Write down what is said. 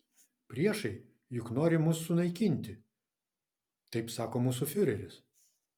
priešai juk nori mus sunaikinti taip sako mūsų fiureris